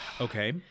Okay